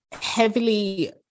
heavily